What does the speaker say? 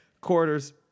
quarters